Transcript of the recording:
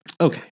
Okay